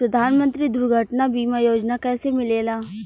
प्रधानमंत्री दुर्घटना बीमा योजना कैसे मिलेला?